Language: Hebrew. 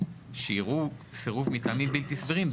שיראו סירוב מטעמים בלתי סבירים,